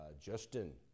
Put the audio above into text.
Justin